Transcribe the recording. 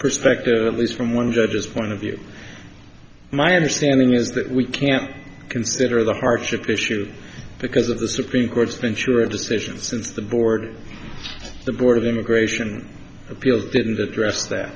perspective at least from one judge's point of view my understanding is that we can't consider the hardship issue because of the supreme court's mature decisions since the board the board of immigration appeals didn't address that